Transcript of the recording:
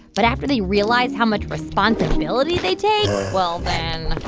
but after they realize how much responsibility they take, well then.